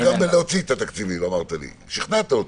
אתה גם בלהוציא את התקציבים אמרת לי, שכנעת אותי.